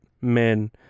men